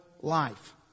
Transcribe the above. life